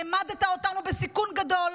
העמדת אותנו בסיכון גדול,